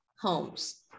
homes